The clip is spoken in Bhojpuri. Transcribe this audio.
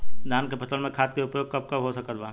धान के फसल में खाद के उपयोग कब कब हो सकत बा?